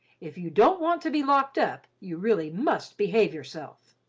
if you don't want to be locked up, you really must behave yourself.